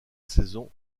saison